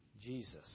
Jesus